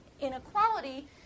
inequality